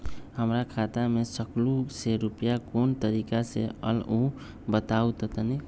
हमर खाता में सकलू से रूपया कोन तारीक के अलऊह बताहु त तनिक?